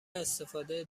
استفاده